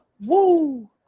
Woo